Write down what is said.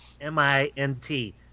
M-I-N-T